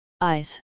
eyes